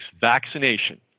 vaccination